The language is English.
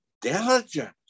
diligence